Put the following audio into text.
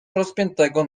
rozpiętego